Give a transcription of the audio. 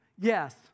Yes